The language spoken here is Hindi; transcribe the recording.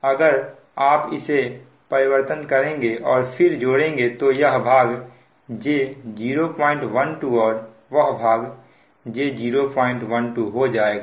अगर आप इसे परिवर्तित करेंगे और फिर जोड़ेंगे तो यह भाग j012 और वह भाग j012 हो जाएगा